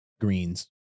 greens